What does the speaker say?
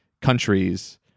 countries